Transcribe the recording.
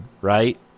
right